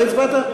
לא הצבעת?